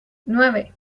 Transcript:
nueve